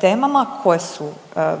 temama koje su